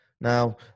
Now